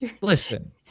Listen